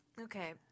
Okay